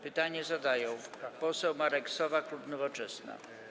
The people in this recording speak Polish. Pytanie zadaje poseł Marek Sowa, klub Nowoczesna.